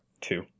Two